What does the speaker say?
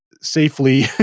safely